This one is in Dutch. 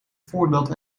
voordat